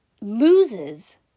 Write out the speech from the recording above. loses